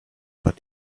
but